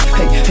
hey